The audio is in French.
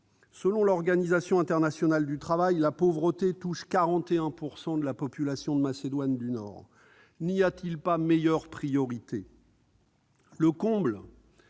Selon l'Organisation internationale du travail, la pauvreté touche 41 % de la population de Macédoine du Nord. N'y a-t-il pas de priorité